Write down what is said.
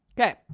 Okay